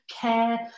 care